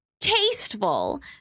Tasteful